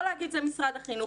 לא להגיד: זה משרד החינוך.